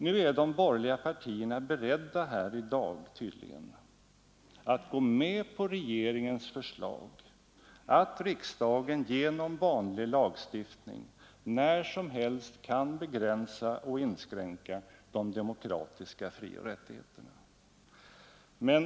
Nu är de borgerliga partierna i dag tydligen beredda att gå med på regeringens förslag att riksdagen genom vanlig lagstiftning när som helst kan begränsa och inskränka de demokratiska frioch rättigheterna.